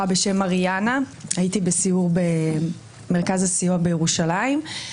בשם מריאנה הייתי בסיור במרכז הסיוע בירושלים,